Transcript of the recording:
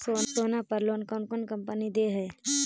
सोना पर लोन कौन कौन कंपनी दे है?